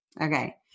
Okay